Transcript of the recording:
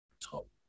Top